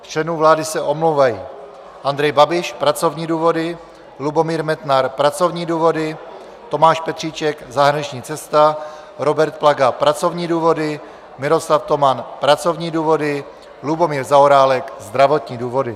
Z členů vlády se omlouvají: Andrej Babiš pracovní důvody, Lubomír Metnar pracovní důvody, Tomáš Petříček zahraniční cesta, Robert Plaga pracovní důvody, Miroslav Toman pracovní důvody, Lubomír Zaorálek zdravotní důvody.